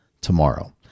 tomorrow